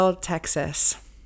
Texas